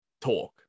talk